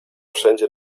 wszędzie